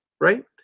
right